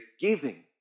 giving